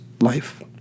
life